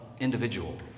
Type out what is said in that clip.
individual